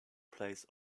plays